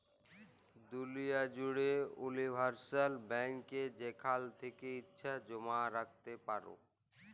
দুলিয়া জ্যুড়ে উলিভারসাল ব্যাংকে যেখাল থ্যাকে ইছা জমা রাইখতে পারো